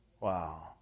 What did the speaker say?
Wow